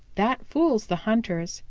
that fools the hunters,